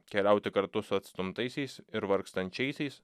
keliauti kartu su atstumtaisiais ir vargstančiaisiais